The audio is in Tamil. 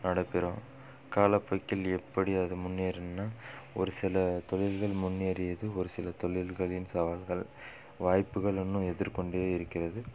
நடைபெறும் கால போக்கில் எப்படி அது முன்னேறும்னா ஒரு சில தொழில்கள் முன்னேறியது ஒரு சில தொழில்களின் சவால்கள் வாய்ப்புகள் இன்னும் எதிர்கொண்டே இருக்கிறது